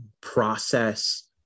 process